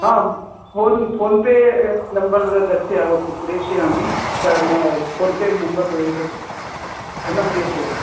हा phone PhonePe number दर्शय यावद् प्रेषयामि सः फ़ोन्पे नम्बर् एतत् धनं प्रेषयतु